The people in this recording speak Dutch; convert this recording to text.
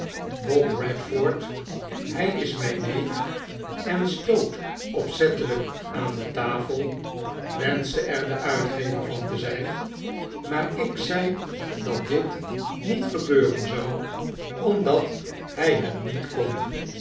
bob eedforth hy is myn neef en stoot opzettelp aan de tafel wenschte er de uitgever van te zjjn maar ik zei dat dit niet gebeuren zou omdat hjj het niet kon